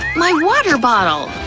my water bottle!